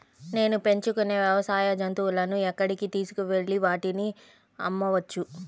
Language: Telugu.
నేను పెంచుకొనే వ్యవసాయ జంతువులను ఎక్కడికి తీసుకొనివెళ్ళి వాటిని అమ్మవచ్చు?